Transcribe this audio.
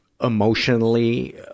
emotionally